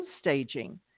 staging